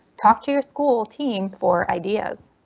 talk to your school team for ideas.